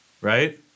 right